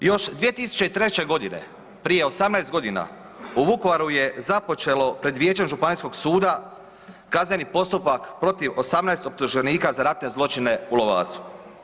Još 2003.g., prije 18.g. u Vukovaru je započelo pred vijećem županijskog suda kazneni postupak protiv 18 optuženika za ratne zločine u Lovasu.